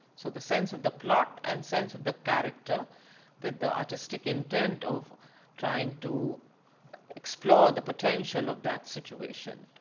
so the sense of the plot, and sense of the character with the artistic intent of trying to explore the potential of that situation.